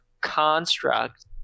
construct